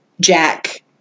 Jack